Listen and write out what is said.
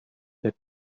said